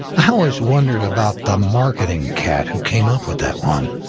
i always wondered about the marketing cat who came up with that one.